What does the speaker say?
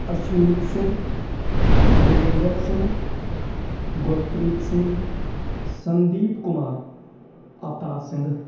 Ashmeet Singh Gurvinder Singh Gurpreet Singh Sandeep Kumar Avtar Singh